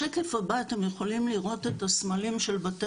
בשקף הבא אתם יכולים לראות את הסמלים של בתי